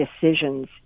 decisions